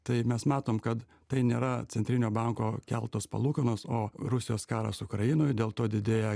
tai mes matom kad tai nėra centrinio banko keltos palūkanos o rusijos karas ukrainoj dėl to didėja